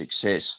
success